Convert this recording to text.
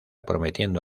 prometiendo